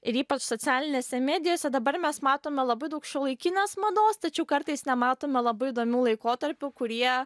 ir ypač socialinėse medijose dabar mes matome labai daug šiuolaikinės mados tačiau kartais nematome labai įdomių laikotarpių kurie